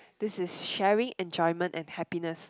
this is sharing enjoyment and happiness